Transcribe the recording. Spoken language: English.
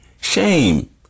Shame